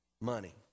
money